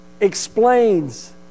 explains